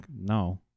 no